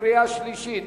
קריאה שלישית.